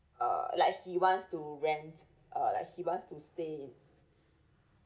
uh like he wants to rent uh like he wants to stay in